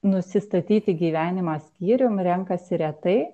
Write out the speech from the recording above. nusistatyti gyvenimą skyrium renkasi retai